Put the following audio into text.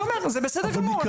זה בסדר גמור.